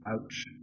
Ouch